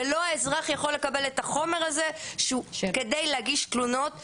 והאזרח לא יכול לקבל את החומר הזה כדי להגיש תלונות במח"ש.